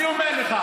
אני אומר לך,